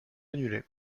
annulé